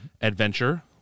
adventure